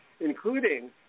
including